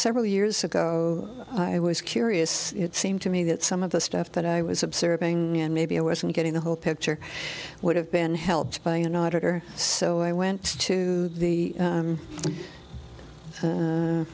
several years ago i was curious it seemed to me that some of the stuff that i was observing and maybe i wasn't getting the whole picture would have been helped by an auditor so i went to the